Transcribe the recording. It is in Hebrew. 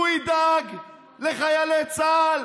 הוא ידאג לחיילי צה"ל?